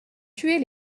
tuer